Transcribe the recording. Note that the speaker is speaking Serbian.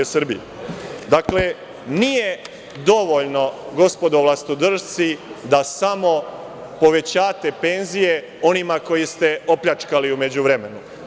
Dakle, nije dovoljno, gospodo vlastodršci, da samo povećate penzije onima koje ste opljačkali u međuvremenu.